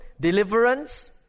Deliverance